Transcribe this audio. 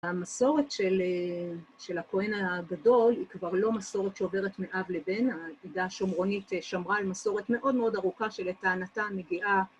המסורת של הכהן הגדול היא כבר לא מסורת שעוברת מאב לבן, העדה השומרונית שמרה על מסורת מאוד מאוד ארוכה שלטענתה מגיעה